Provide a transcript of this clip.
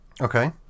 Okay